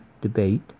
debate